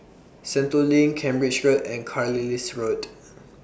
Sentul LINK Cambridge Road and Carlisle Road